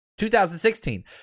2016